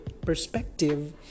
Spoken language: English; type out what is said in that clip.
perspective